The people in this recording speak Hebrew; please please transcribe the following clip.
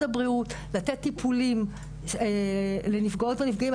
הבריאות למתן טיפולים לנפגעות ולנפגעים,